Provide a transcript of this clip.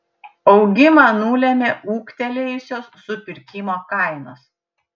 augimą nulėmė ūgtelėjusios supirkimo kainos